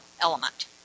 element